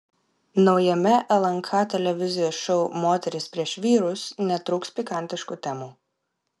naujame lnk televizijos šou moterys prieš vyrus netrūks pikantiškų temų